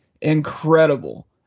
incredible